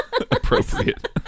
appropriate